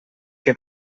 que